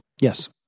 Yes